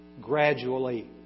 gradually